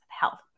health